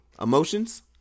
emotions